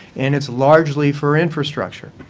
and it's largely for infrastructure,